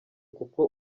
kuko